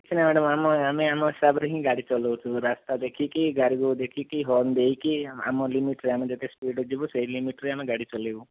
କିଛି ନାହିଁ ମ୍ୟାଡାମ ଆମେ ଆମ ହିସାବରେ ହିଁ ଗାଡ଼ି ଚଲାଉଛୁ ରାସ୍ତା ଦେଖିକି ଗାଡ଼ିକୁ ଦେଖିକି ହର୍ନ ଦେଇକି ଆମ ଲିମିଟରେ ଆମେ ଯେତେ ସ୍ପୀଡ଼ ଯିବୁ ସେଇ ଲିମିଟରେ ଆମେ ଗାଡ଼ି ଚଲାଇବୁ